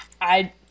I-